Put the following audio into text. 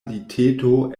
liteto